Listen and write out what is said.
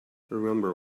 remember